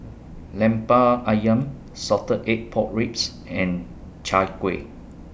Lemper Ayam Salted Egg Pork Ribs and Chai Kueh